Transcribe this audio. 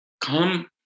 come